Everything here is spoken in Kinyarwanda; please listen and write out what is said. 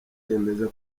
yiyemeza